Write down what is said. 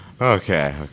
okay